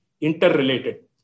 interrelated